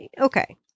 okay